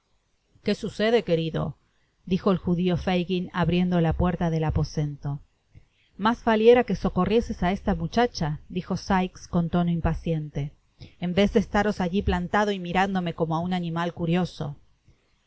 qué sucede querido dijo el judio fagin abriendo la puerta del aposento más valiera que socorrieseis á esta muchacha dijo sikes con tono impaciente en vez de estaros alli plantado y mirándome como á un animal curioso